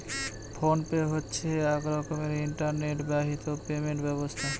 phone pay হচ্ছে এক রকমের ইন্টারনেট বাহিত পেমেন্ট ব্যবস্থা